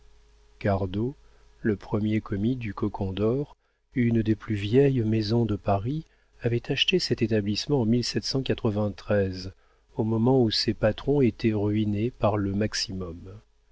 cardot le premier commis du cocon dor une des plus vieilles maisons de paris avait acheté cet établissement en au moment où ses patrons étaient ruinés par le maximum